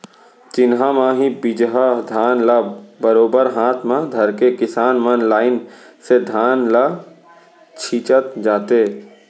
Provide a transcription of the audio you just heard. चिन्हा म ही बीजहा धान ल बरोबर हाथ म धरके किसान मन लाइन से धान ल छींचत जाथें